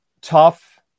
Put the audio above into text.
Tough